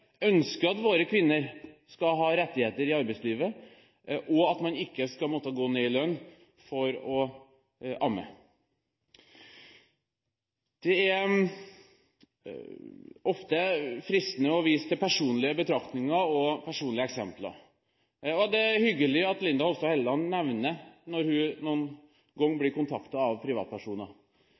ønsker at våre kvinner skal ha rettigheter i arbeidslivet, og at man ikke skal måtte gå ned i lønn for å amme. Det er ofte fristende å vise til personlige betraktninger og personlige eksempler, og det er hyggelig at Linda C. Hofstad Helleland nevner det når hun noen ganger blir kontaktet av privatpersoner.